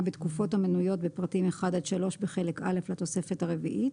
בתקופות המנויות בפרטים 1 עד 3 בחלק א' לתוספת הרביעית,